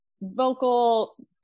vocal